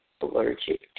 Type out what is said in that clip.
allergic